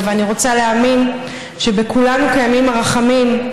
ואני רוצה להאמין שבכולנו קיימים הרחמים,